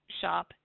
shop